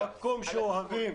מקום שאוהבים.